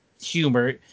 humor